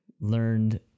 learned